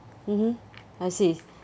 mmhmm I see